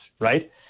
right